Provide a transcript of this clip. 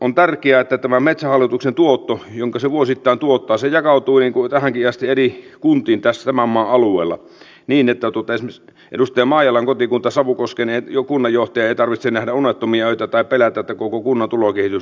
on tärkeää että tämä metsähallituksen tuotto jonka se vuosittain tuottaa jakautuu niin kuin tähänkin asti eri kuntiin tämän maan alueella niin että esimerkiksi edustaja maijalan kotikunnan savukosken kunnanjohtajan ei tarvitse nähdä unettomia öitä tai pelätä että koko kunnan tulokehitys romahtaa